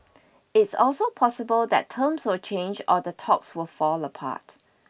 it's also possible that terms will change or the talks will fall apart